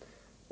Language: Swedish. Herr